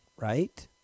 right